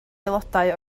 aelodau